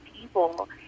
people